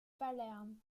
palerme